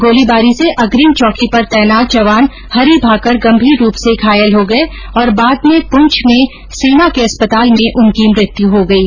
गोलीबारी से अग्रिम चौकी पर तैनात जवान हरी भाकर गंभीर रूप से घायल हो गये और बाद में पुंछ में सेना के अस्पताल में उनकी मृत्यु हो गयी